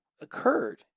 occurred